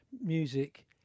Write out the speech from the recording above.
music